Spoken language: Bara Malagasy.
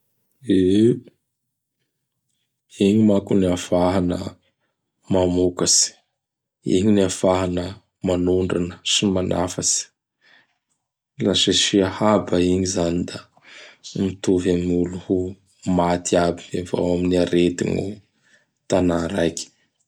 E! igny manko ny ahafahana mamokatsy. Igny ny ahafahana manondrana sy manafatsy. La tsy asia haba igny izany; da mitovy amin' olo ho maty aby avao am gn' arety gny tanà raiky.